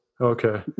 Okay